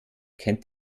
kennt